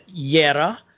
Yera